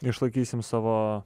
išlaikysim savo